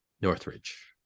Northridge